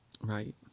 Right